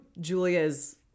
Julia's